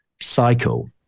cycle